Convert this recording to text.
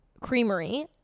creamery